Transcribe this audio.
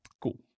Cool